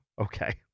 Okay